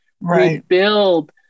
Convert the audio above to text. rebuild